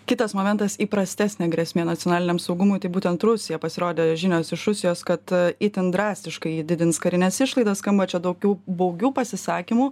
kitas momentas įprastesnė grėsmė nacionaliniam saugumui tai būtent rusija pasirodė žinios iš rusijos kad itin drastiškai didins karines išlaidas skamba čia daugiau baugių pasisakymų